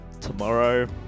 Tomorrow